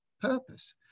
purpose